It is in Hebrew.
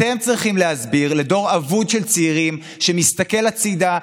אתם צריכים להסביר לדור אבוד של צעירים שמסתכל הצידה,